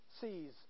sees